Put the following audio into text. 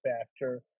factor